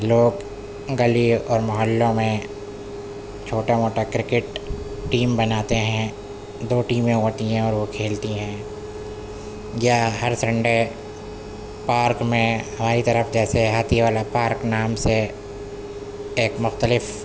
لوگ گلی اور محلوں میں چھوٹا موٹا کرکٹ ٹیم بناتے ہیں دو ٹیمیں ہوتی ہیں اور وہ کھیلتی ہیں یا ہر سنڈے پارک میں ہماری طرف جیسے ہاتھی والا پارک نام سے ایک مختلف